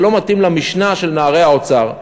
זה לא מתאים למשנה של נערי האוצר,